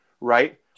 right